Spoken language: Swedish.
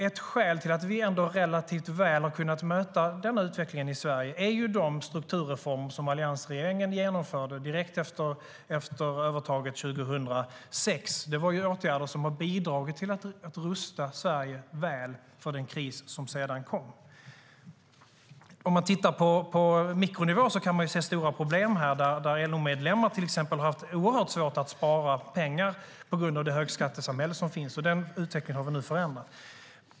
Ett skäl till att vi relativt väl har kunnat möta denna utveckling i Sverige är de strukturreformer som alliansregeringen genomförde direkt efter övertaget 2006. Det var åtgärder som bidrog till att rusta Sverige väl för den kris som sedan kom. Om man tittar på mikronivå kan man se stora problem. LO-medlemmar har till exempel haft oerhört svårt att spara pengar på grund av det högskattesamhälle som har funnits. Den utvecklingen har vi nu förändrat.